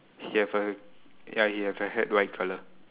he have a ya he have a hat white colour